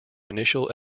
initial